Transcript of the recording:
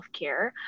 healthcare